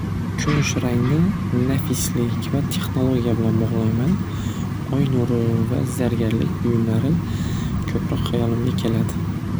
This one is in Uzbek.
Kumush rangni nafislik va texnologiya bilan bog'layman oynuri va zargarlik buyumlari ko'proq hayolimga keladi.